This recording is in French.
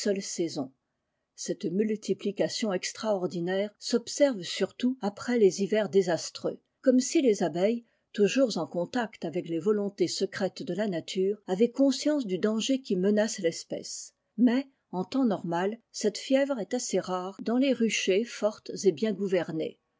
ôtte multiplication extraordinaire s'observe surtout après les hivers désastreux comme si les abeilles toujours en contact avec les volontés secrètes de la nature avaient conscience du danger qui menace l'espèce mais en temps normal cette fièvre est assez rare dans les ruchéos fortes et bien gouvernées